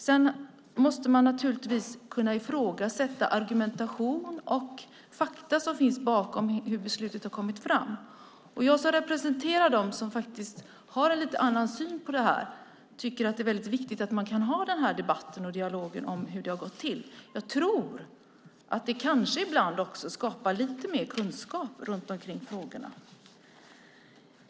Sedan måste man naturligtvis kunna ifrågasätta argumentation och fakta som finns bakom hur beslutet har kommit fram. Jag som representerar dem som faktiskt har en lite annan syn på det här tycker att det är väldigt viktigt att man kan ha en debatt och dialog om hur det har gått till. Jag tror att det ibland också skapar lite mer kunskap kring frågorna.